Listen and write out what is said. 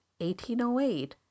1808